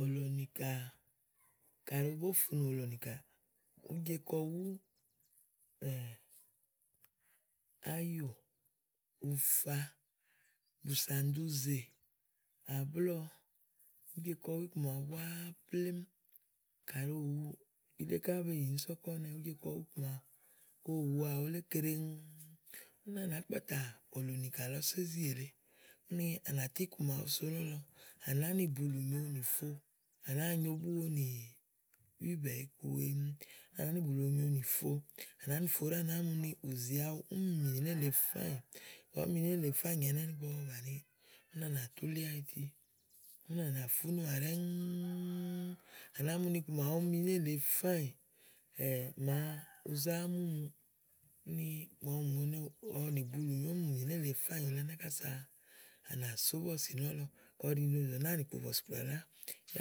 òlò nìkà, kàɖi ò bó fùu nù òlò nìkà, ùú je kɔ wú áyò, ufa, bùsànduzè, àblɔ̀ɔ, ùú je kɔ wú iku màawu búáá plémú. Kàyi òwuù, ikle ká be yì ni sɔ̀kɔ̀nɛ ùú je kɔ wú iku màawu ko ò wuà wulé keɖe, úni à nàá kpàtà òlò nìkà lɔ so ízi èle úni à ná tú iku màawu so nɔ̀lɔ, à nàá ni bùlu nyo nì fo, à nàáa nyo búwo ni húùbɛ kúweè nyo, à nàá ni bùulunyo nì fo, à nàá ni fòo ɖɛ̀ɛ̀ à nàá mu ni ù zi awu úni mì nélèe fáànyì. Káyi ùú mi nelèe faanyì ɛnɛ́ ígbɔ ɔwɔ bàni úni à nà tú li áyiti úni ánà fúnùà ɖɛ́ŋùù, à nàá mu ni ku màawu ùú mi nélèe fáànyì màa ùú zá múmu úni màa ɔwɔ nì bulùnyo úni mì nélèe fáànyì wulé kása à nà só bɔ̀sì nɔ̀lɔ ka ù ɖi ni òdò nàáa nì kpo bɔ̀sìkplà lá té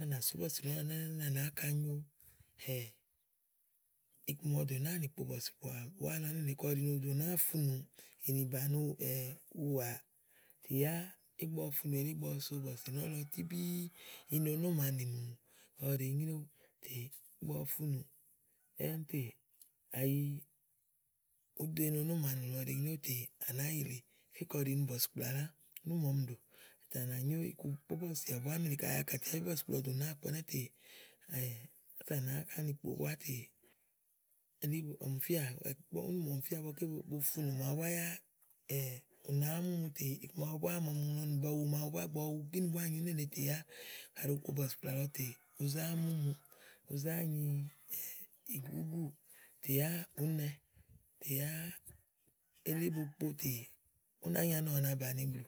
ànà só bɔ̀sì nɔ̀lɔ úni à nà nà àŋka nyo iku màa ɔwɔ dò nàá nì kpo bɔ̀sìkplà búá nélèe úni ka ù ɖi ni ò dò nàáa funù ènì bàni ù ùwà tè yá ígbɔ ɔwɔ funù elí ígbɔ ɔwɔ so bɔ̀sì nɔ̀lɔ tíbíì inonò màa nénu ɔwɔ ɖèe nyréwu, ígbɔ ɔwɔ funù ɖɛ́ɛ́ tè kàyi ùú do ínonó màa nènù ɔwɔ ɖèe nyréwu tè à nàá yi yì ili gàké kayi ù ɖi ni bɔ̀sìkplà úni ɖí màa ɔmi dò,̀ tè à nà nyó ikuko óbɔ̀sìà búá nélèe, kayi àkàtiabí bɔ̀sìkplà ɔwɔ dò nàáa kpo ɛnɛ́ tè à nà áŋka ni kpo búá tè elí bu ɔmi fíà úni ɖí màa ɔmi fía ígbɔ bo funù màawu búá yáá ù nàáá múmu iku màawu búá ígbɔ ɔwɔ wu búá kínì tè yá à ɖo kpo bɔ̀sìkplà lɔ tè ùú zá múmuù. ùú zá nyi gúgúù, tè yá ùú nɛ, tè yá elí bokpo tè ú nàá nyi ani ɔ̀wɔ̀ na bàni blù.